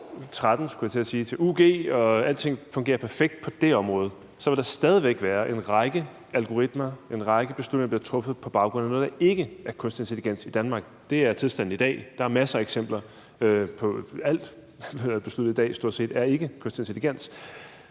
ug, skulle jeg til at sige, og at alting fungerer perfekt på det område, for så vil der stadig væk være en række beslutninger, der bliver truffet på baggrund af noget, der ikke er kunstig intelligens, i Danmark. For det er tilstanden i dag, der er masser af eksempler, og stor set alt, der i dag bliver besluttet, er ikke kunstig intelligens.